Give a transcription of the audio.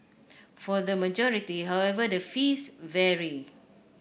for the majority however the fees vary